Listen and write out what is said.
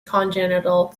congenital